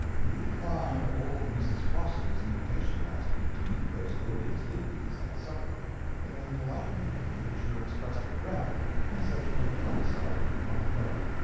you declined old mrs. foster's invitation last week to meet those odious higbies at supper in a polite note in which you expressed regret and said you were very sorry you could not go.